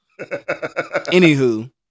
Anywho